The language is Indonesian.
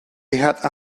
lihat